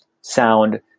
sound